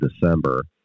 December